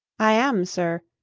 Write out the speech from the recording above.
i am, sir,